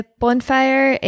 bonfire